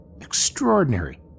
Extraordinary